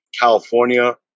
California